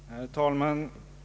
Herr talman!